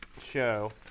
show